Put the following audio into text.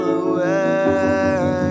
away